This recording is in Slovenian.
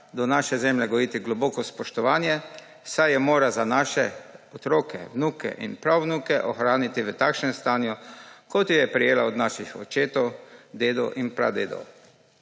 do naše zemlje gojiti globoko spoštovanje, saj jo mora za naše otroke, vnuke in pravnuke ohraniti v takšnem stanju, kot jo je prejela od naših očetov, dedov in pradedov.